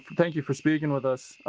thank you for speaking with us.